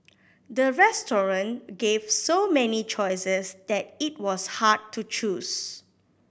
the restaurant gave so many choices that it was hard to choose